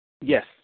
Yes